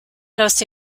los